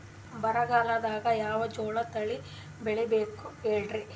ಬರಗಾಲದಾಗ್ ಯಾವ ಜೋಳ ತಳಿ ಬೆಳಿಬೇಕ ಹೇಳ್ರಿ?